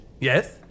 Yes